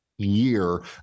year